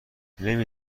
نمی